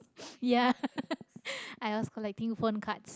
ya i was collecting phone cards